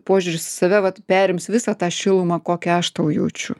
požiūris į save vat perims visą tą šilumą kokią aš tau jaučiu